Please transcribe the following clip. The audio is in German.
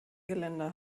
geländer